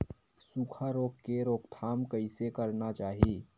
सुखा रोग के रोकथाम कइसे करना चाही?